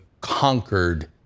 conquered